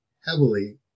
heavily